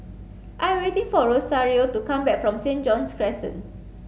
I waiting for Rosario to come back from St John's Crescent